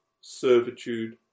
servitude